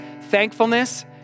Thankfulness